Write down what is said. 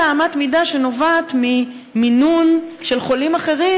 אלא אמת מידה שנובעת ממינון של חולים אחרים,